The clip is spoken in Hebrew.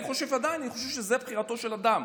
ואני עדיין חושב שזו בחירתו של אדם,